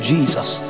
Jesus